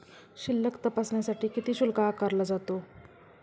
शिल्लक तपासण्यासाठी किती शुल्क आकारला जातो?